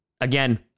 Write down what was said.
again